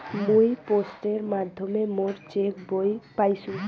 মুই পোস্টের মাধ্যমে মোর চেক বই পাইসু